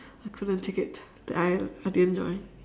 I couldn't take it I I didn't enjoy